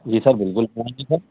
جی sir بالکل ہوں گے سر